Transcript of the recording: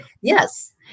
Yes